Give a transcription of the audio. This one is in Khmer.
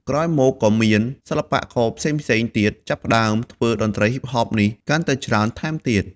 ក្រោយមកក៏មានសិល្បៈករផ្សេងៗទៀតចាប់ផ្តើមធ្វើតន្រ្តីហ៊ីបហបនេះកាន់តែច្រើនថែមទៀត។